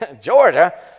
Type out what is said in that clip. Georgia